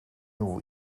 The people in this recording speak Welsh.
nhw